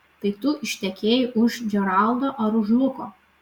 tai tu ištekėjai už džeraldo ar už luko